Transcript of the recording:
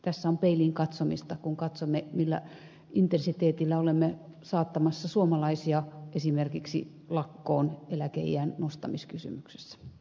tässä on peiliin katsomista kun katsomme millä intensiteetillä olemme saattamassa suomalaisia esimerkiksi lakkoon eläkeiän nostamiskysymyksessä